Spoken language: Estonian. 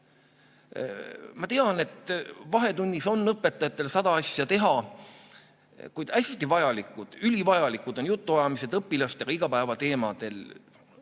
Ma tean, et vahetunnis on õpetajatel sada asja teha, kuid hästi vajalikud, ülivajalikud on jutuajamised õpilastega igapäevateemadel.